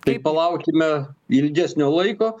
tai palaukime ilgesnio laiko